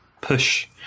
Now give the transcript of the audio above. push